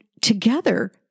together